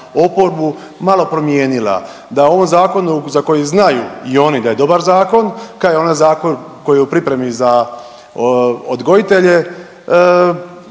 oporbu malo promijenila, da ovom zakonu za koji znaju i oni da je dobar zakon kao i onaj zakon koji je u pripremi za odgojitelje